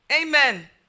Amen